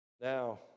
now